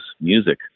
music